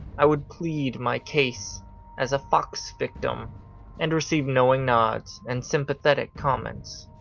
i would plead my case as a fox victim and receive knowing nods and sympathetic comments.